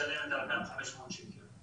לשלם את האלפיים חמש מאות שקל,